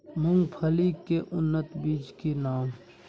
मूंगफली के उन्नत बीज के नाम?